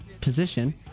position